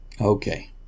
Okay